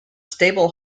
stable